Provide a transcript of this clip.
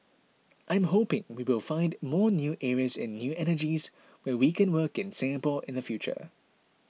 I'm hoping we will find more new areas in new energies where we can work in Singapore in the future